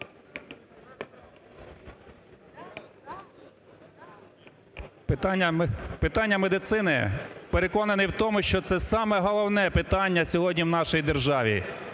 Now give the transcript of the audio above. Питання медицини, переконаний в тому, що це саме головне питання сьогодні в нашій державі.